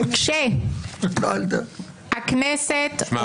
-- כשהכנסת עובדת